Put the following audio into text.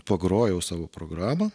pagrojau savo programą